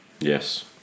Yes